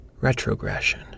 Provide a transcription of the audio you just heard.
retrogression